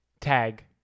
tag